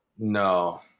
no